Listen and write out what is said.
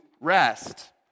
rest